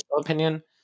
opinion